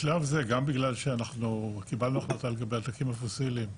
בשלב זה גם בגלל שקיבלנו החלטה לגבי הדלקים הפוסילים,